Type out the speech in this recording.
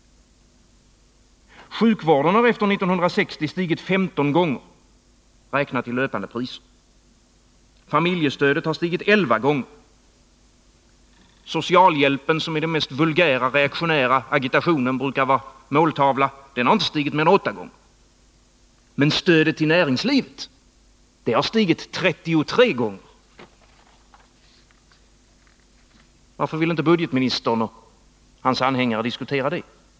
Sjukvården har efter 1960 stigit 15 gånger, räknat i löpande priser. Familjestödet har stigit elva gånger. Socialhjälpen, som i den mest vulgära reaktionära agitationen brukar vara måltavla, har inte stigit mer än åtta gånger. Men stödet till näringslivet har stigit 33 gånger! Varför vill inte budgetministern och hans anhängare diskutera det?